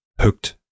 hooked